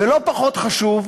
ולא פחות חשוב,